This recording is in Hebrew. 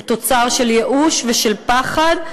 הוא תוצר של ייאוש ושל פחד,